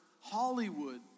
Hollywood